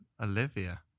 Olivia